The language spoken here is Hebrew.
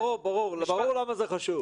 ברור למה זה חשוב.